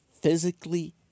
physically